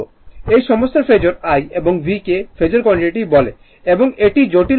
এই সমস্ত phasor I এবং V কে ফেজোর কোয়ান্টিটি বলে এবং এটি জটিল কোয়ান্টিটি